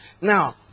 Now